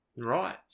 Right